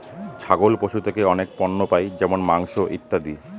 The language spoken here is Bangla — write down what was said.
ছাগল পশু থেকে অনেক পণ্য পাই যেমন মাংস, ইত্যাদি